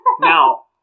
Now